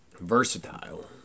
Versatile